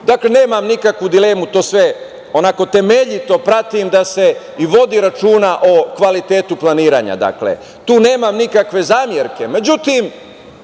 projekti nemam nikakvu dilemu, to sve onako temeljito pratim da se i vodi računa o kvalitetu planiranja. Tu nemam nikakve zamerke.Međutim,